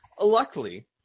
Luckily